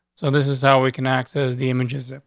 so this is how we can access the images.